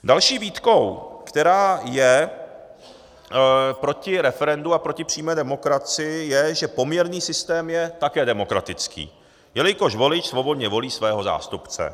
Další výtkou, která je proti referendu a proti přímé demokracii, je, že poměrný systém je také demokratický, jelikož volič svobodně volí svého zástupce.